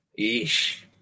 Eesh